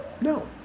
no